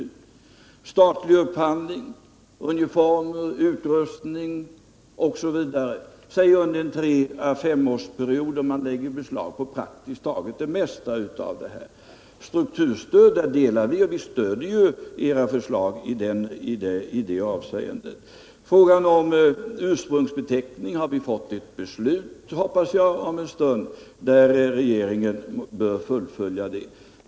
Vi föreslår vidare statlig upphandling av uniformer, utrustning osv. under en period av tre-fem år, då man lägger beslag på praktiskt taget allt i detta sammanhang. Då det gäller strukturstöd delar vi er uppfattning och stöder era förslag. Och vad beträffar frågan om ursprungsbeteckning hoppas jag att vi om en stund får ett beslut som innebär att regeringen skall fullfölja det arbete som påbörjas.